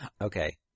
Okay